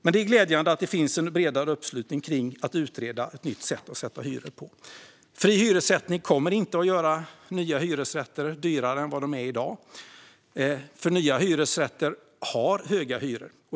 Men det är glädjande att det finns en bredare uppslutning kring att utreda ett nytt sätt att sätta hyror på. Fri hyressättning kommer inte att göra nya hyresrätter dyrare än vad de är i dag, för nya hyresrätter har höga hyror.